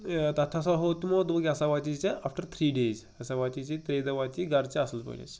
یہِ تَتھ ہَسا ہو تِمَو دوٚپُکھ یہِ ہسا واتی ژےٚ آفٹر تھرٛی ڈیز ہسا واتی ژےٚ ترٛیہِ دُہۍ واتی یہِ گھرٕ ژےٚ اصٕل پٲٹھۍ حظ